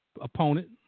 opponent